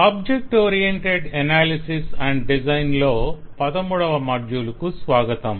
object oriented analysis and design లో 13వ module కు స్వాగతం